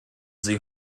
sie